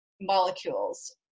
molecules